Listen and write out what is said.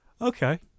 Okay